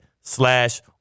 slash